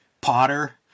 Potter